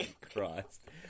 Christ